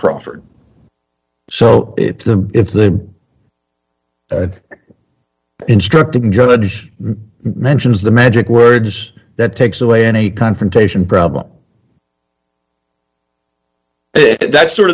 crawford so it's a if the instructing judge mentions the magic words that takes away any confrontation problem that's sort